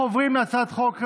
אנחנו עוברים להצעת החוק הבאה,